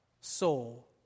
soul